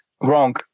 wrong